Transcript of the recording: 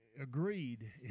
agreed